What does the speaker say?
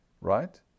right